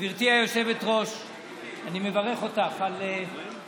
גברתי היושבת-ראש, אני מברך אותך על היבחרך